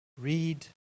read